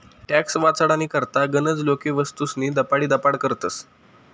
tax वाचाडानी करता गनच लोके वस्तूस्नी दपाडीदपाड करतस